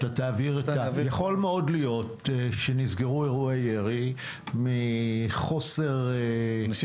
יכול מאוד להיות שנסגרו מחוסר --- אנשים